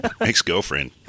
ex-girlfriend